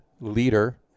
leader